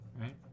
right